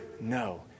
No